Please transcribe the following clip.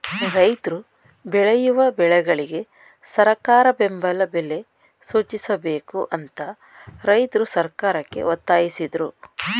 ರೈತ್ರು ಬೆಳೆಯುವ ಬೆಳೆಗಳಿಗೆ ಸರಕಾರ ಬೆಂಬಲ ಬೆಲೆ ಸೂಚಿಸಬೇಕು ಅಂತ ರೈತ್ರು ಸರ್ಕಾರಕ್ಕೆ ಒತ್ತಾಸಿದ್ರು